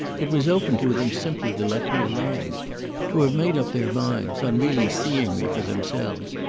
it was open to them simply to let me alone to have made up their minds, on really seeing me for themselves,